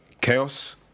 Chaos